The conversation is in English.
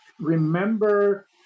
remember